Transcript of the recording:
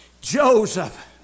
Joseph